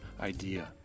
idea